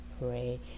pray